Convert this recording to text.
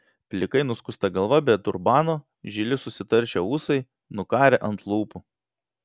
plikai nuskusta galva be turbano žili susitaršę ūsai nukarę ant lūpų